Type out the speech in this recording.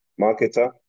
marketer